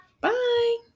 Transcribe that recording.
Bye